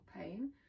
pain